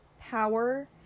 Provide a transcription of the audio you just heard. power